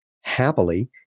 happily